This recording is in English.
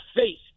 faith